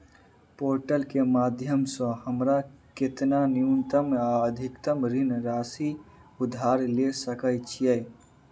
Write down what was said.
Portal केँ माध्यम सऽ हमरा केतना न्यूनतम आ अधिकतम ऋण राशि उधार ले सकै छीयै?